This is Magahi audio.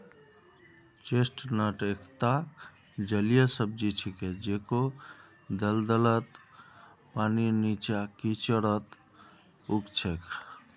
चेस्टनट एकता जलीय सब्जी छिके जेको दलदलत, पानीर नीचा, कीचड़त उग छेक